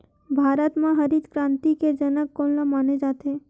भारत मा हरित क्रांति के जनक कोन ला माने जाथे?